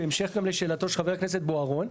בהמשך גם לשאלתו של חבר הכנסת בוארון,